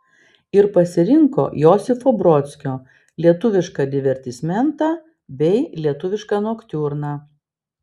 ir pasirinko josifo brodskio lietuvišką divertismentą bei lietuvišką noktiurną